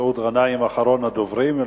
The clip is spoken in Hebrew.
מסעוד גנאים, אחרון הדוברים.